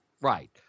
right